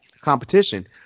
competition